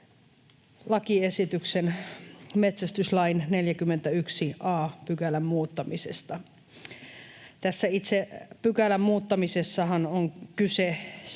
lakiesityksen metsästyslain 41 a §:n muuttamisesta. Tässä itse pykälän muuttamisessahan on kyse siitä,